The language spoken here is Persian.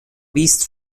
بیست